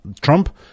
Trump